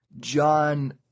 John